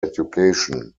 education